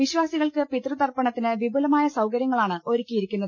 വിശ്വാസികൾക്ക് പിതൃതർപ്പണത്തിന് വിപുലമായ സൌകര്യങ്ങളാണ് ഒരുക്കിയിരിക്കുന്നത്